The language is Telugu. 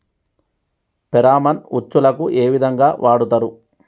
ఫెరామన్ ఉచ్చులకు ఏ విధంగా వాడుతరు?